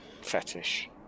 fetish